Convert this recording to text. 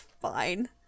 Fine